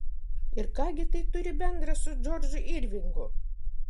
ir ką gi tai turi bendra su džordžu irvingu